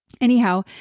Anyhow